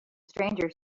stranger